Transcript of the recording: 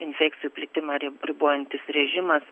infekcijų plitimą ri ribojantis režimas